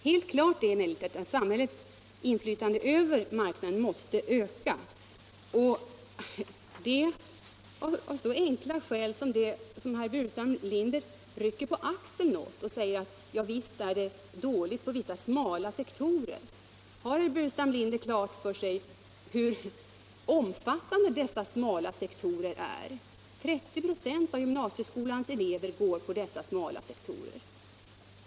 Helt klart är emellertid att samhällets inflytande över marknaden måste öka, och det av så enkla skäl som det som herr Burenstam Linder rycker på axlarna åt. Han säger: Ja, visst är det dåligt på vissa smala sektorer. Har herr Burenstam Linder klart för sig hur omfattande dessa ”smala sektorer” är? 30 96 av gymnasieskolans elever går på dessa ”smala sektorer”.